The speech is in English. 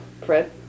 Fred